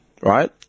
right